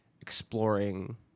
exploring